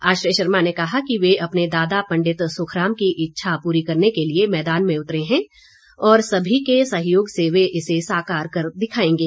आश्रय शर्मा ने कहा कि वे अपने दादा पंडित सुखराम की इच्छा पूरी करने के लिए मैदान में उतरे हैं और सभी के सहयोग से वे इसे साकार कर दिखाएंगे